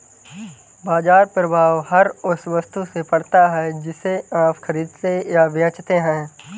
बाज़ार प्रभाव हर उस वस्तु से पड़ता है जिसे आप खरीदते या बेचते हैं